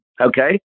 Okay